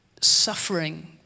suffering